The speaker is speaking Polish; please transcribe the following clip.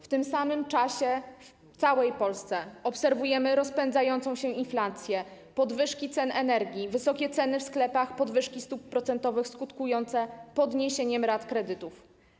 W tym samym czasie w całej Polsce obserwujemy rozpędzającą się inflację, podwyżki cen energii, wysokie ceny w sklepach, podwyżki stóp procentowych skutkujące podniesieniem rat kredytów.